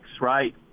right